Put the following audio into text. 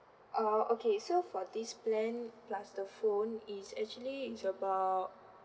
uh okay so for this plan plus the phone it's actually is about